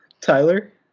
Tyler